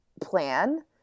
plan